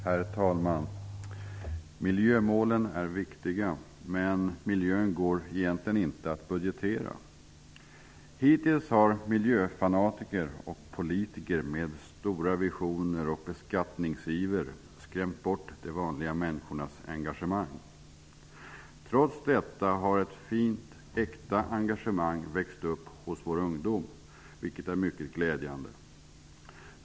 Herr talman! Miljömålen är viktiga, men miljön går egentligen inte att budgetera. Hittills har miljöfanatiker och politiker med stora visioner i sin beskattningsiver skrämt bort de vanliga människornas engagemang. Trots detta har ett fint och äkta engagemang växt upp hos våra ungdomar. Det är mycket glädjande.